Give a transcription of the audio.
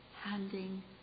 handing